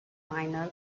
minor